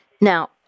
now